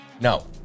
No